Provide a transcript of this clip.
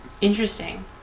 Interesting